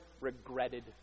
regretted